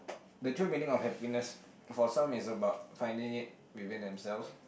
the true meaning of happiness for some is about finding it within themselves